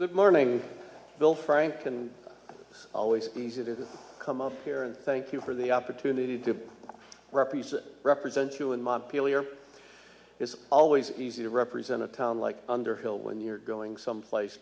morning bill frank and it's always easy to come up here and thank you for the opportunity to represent represent you in montpelier it's always easy to represent a town like underhill when you're going someplace